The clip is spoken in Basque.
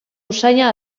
usaina